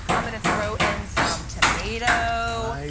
um and throw in some tomatoes.